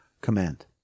command